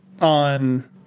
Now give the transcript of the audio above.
on